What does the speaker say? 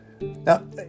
Now